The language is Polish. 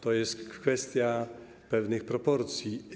To jest kwestia pewnych proporcji.